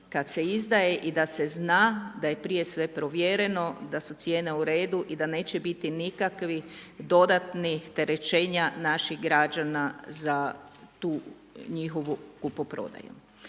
kad se izdaje i da se zna da je prije sve provjereno, da su cijene u redu i da neće biti nikakvih dodatnih terećenja naših građana za tu njihovu kupoprodaju.